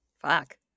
Fuck